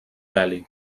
bèl·lic